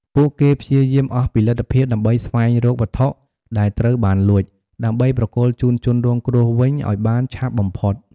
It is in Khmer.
ពួកគេព្យាយាមអស់ពីលទ្ធភាពដើម្បីស្វែងរកវត្ថុដែលត្រូវបានលួច ដើម្បីប្រគល់ជូនជនរងគ្រោះវិញឲ្យបានឆាប់បំផុត។